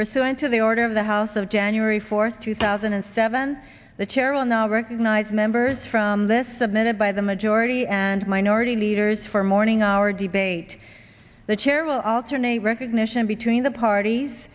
pursuant to the order of the house of january fourth two thousand and seven the chair on now recognize members from this submitted by the majority and minority leaders for morning hour debate the chair will alternate recognition between the parties